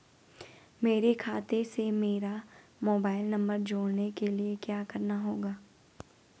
मेरे खाते से मेरा मोबाइल नम्बर जोड़ने के लिये क्या करना होगा?